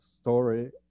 story